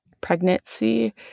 pregnancy